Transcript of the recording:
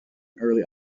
early